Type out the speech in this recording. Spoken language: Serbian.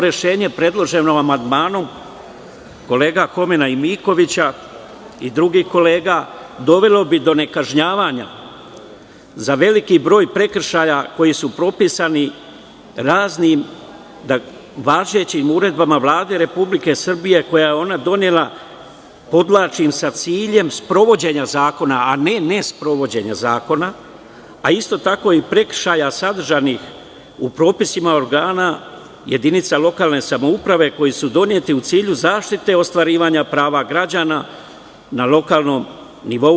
Rešenje predloženo amandmanom kolege Homena i Mikovića i drugih kolega dovelo bi do nekažnjavanja za veliki broj prekršaja koji su propisani raznim važećim uredbama Vlade Republike Srbije koje je ona donela sa ciljem sprovođenja zakona, a ne nesprovođenja zakona, a isto tako i prekršaja sadržanih u propisima organa jedinica lokalne samouprave koji su doneti u cilju zaštite ostvarivanja prava građana na lokalnom nivou.